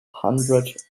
hundred